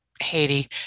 Haiti